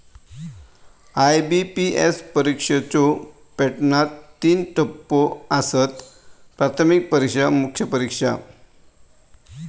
IBPS परीक्षेच्यो पॅटर्नात तीन टप्पो आसत, प्राथमिक परीक्षा, मुख्य परीक्षा